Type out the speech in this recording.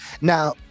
Now